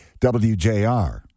WJR